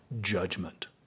judgment